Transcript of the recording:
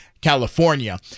California